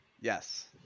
Yes